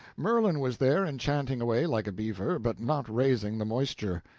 merlin was there, enchanting away like a beaver, but not raising the moisture.